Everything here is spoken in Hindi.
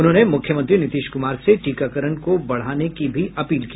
उन्होंने मुख्यमंत्री नीतीश कुमार से टीकाकरण को बढ़ाने की अपील भी की